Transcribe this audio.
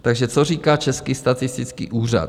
Takže co říká Český statistický úřad?